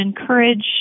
encourage